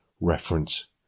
reference